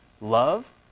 love